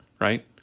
Right